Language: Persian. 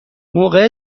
موقع